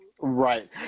Right